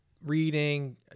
reading